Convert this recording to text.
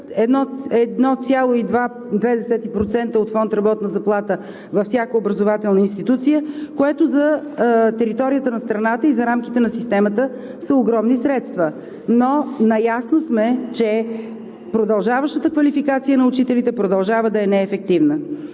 1,2% от фонд „Работна заплата“ във всяка образователна институция, което за територията на страната и за рамките на системата са огромни средства. Наясно сме, че продължаващата квалификация на учителите продължава да е неефективна.